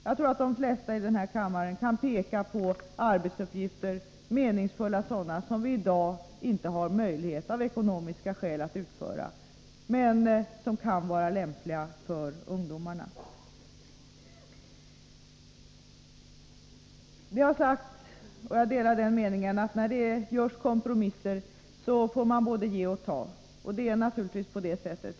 Jag tror att de flesta i denna kammare kan peka på arbetsuppgifter — meningsfulla sådana — som vi i dag av ekonomiska skäl inte har möjlighet att få utförda, men som kan vara lämpliga för ungdomarna. Det har sagts — och jag delar den meningen — att när det görs kompromisser får man både ge och ta. Det är naturligtvis på det sättet.